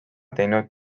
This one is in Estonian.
teinud